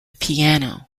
piano